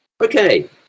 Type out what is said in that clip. okay